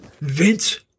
Vince